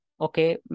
okay